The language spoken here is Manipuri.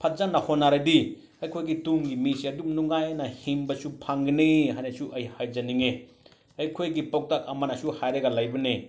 ꯐꯖꯅ ꯍꯣꯠꯅꯔꯗꯤ ꯑꯩꯈꯣꯏꯒꯤ ꯇꯨꯡꯒꯤ ꯃꯤꯁꯦ ꯑꯗꯨꯝ ꯅꯨꯡꯉꯥꯏꯅ ꯍꯤꯡꯕꯁꯨ ꯐꯪꯒꯅꯤ ꯍꯥꯏꯅꯁꯨ ꯑꯩ ꯍꯥꯏꯖꯅꯤꯡꯉꯤ ꯑꯩꯈꯣꯏꯒꯤ ꯄꯥꯎꯇꯥꯛ ꯑꯃꯅꯁꯨ ꯍꯥꯏꯔꯒ ꯂꯩꯕꯅꯦ